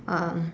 um